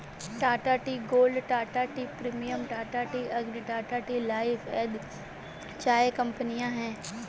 Tata tea gold, Tata tea premium, Tata tea Agni, Tata tea life आदि चाय कंपनियां है